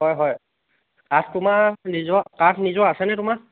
হয় হয় কাঠ তোমাৰ নিজৰ কাঠ নিজৰ আছেনে তোমাৰ